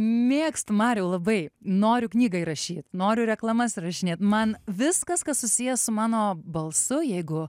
mėgstu mariau labai noriu knygą įrašyt noriu reklamas įrašinėt man viskas kas susiję su mano balsu jeigu